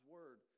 Word